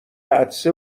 عطسه